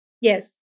Yes